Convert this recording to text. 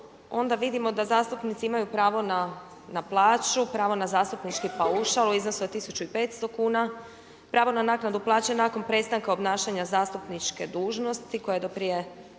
onda vidimo da zastupnici imaju pravo na plaću, pravo na zastupnički paušal u iznosu od 1500 kuna, pravo na naknadu plaće nakon prestanka obnašanja zastupničke dužnosti koja je do prije,